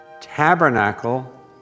tabernacle